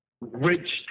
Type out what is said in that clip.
Rich